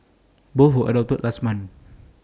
both were adopted last month